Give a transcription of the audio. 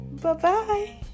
Bye-bye